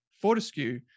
Fortescue